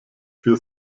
für